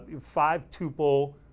five-tuple